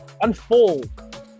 unfold